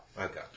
Okay